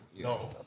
No